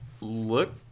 look